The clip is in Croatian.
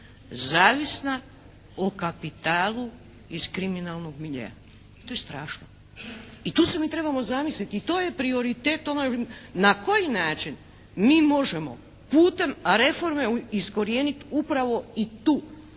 Zavisna o kapitalu iz kriminalnog miljea. To je strašno i tu se mi trebamo zamisliti i to je prioritet na koji način mi možemo putem reforme iskorijeniti upravo i tu